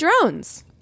drones